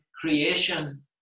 creation